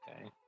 Okay